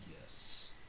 Yes